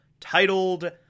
titled